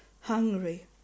hungry